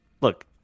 Look